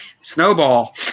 Snowball